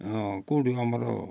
ହଁ କେଉଁଠୁ ଆମର